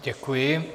Děkuji.